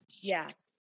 Yes